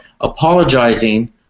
apologizing